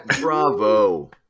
Bravo